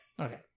Okay